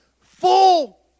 full